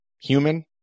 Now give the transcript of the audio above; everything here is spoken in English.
human